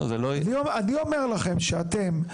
אני אומר לכם שאתם,